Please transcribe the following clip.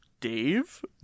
Dave